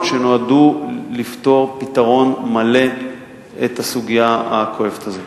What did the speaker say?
שנועדו לפתור פתרון מלא את הסוגיה הכואבת הזו.